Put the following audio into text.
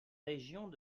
régions